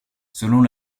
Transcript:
selon